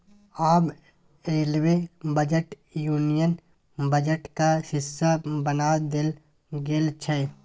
आब railway budget union बजटक हिस्सा बना देल गेल छै